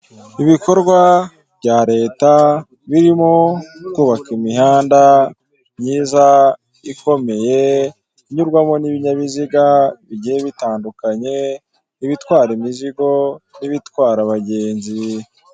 Ibikorwa bya leta birimo kubaka imihanda myiza ikomeye inyurwamo n'ibinyabiziga bigiye bitandukanye, ibitwara imizigo n'ibitwara abagenzi.